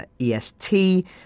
EST